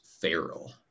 Feral